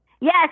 Yes